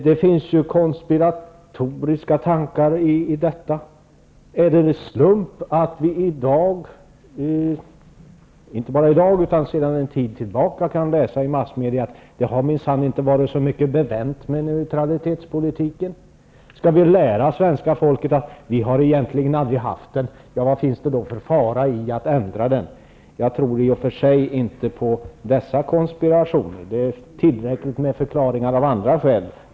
Det finns konspiratoriska tankar i detta. Är det en slump att vi inte bara i dag utan också sedan en tid tillbaka kunnat läsa i massmedia att det minsann inte har varit så mycket bevänt med neutralitetspolitiken? Skall vi lära svenska folket att vi egenligen inte har haft en neutralitetspolitik, och vad finns det då för fara i att ändra den? Jag tror i och för sig inte på dessa konspirationer. Det finns tillräckligt med andra skäl som förklaring.